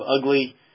ugly